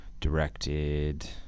directed